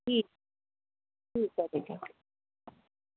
ठीक ठीक आहे ठीक आहे